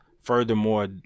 furthermore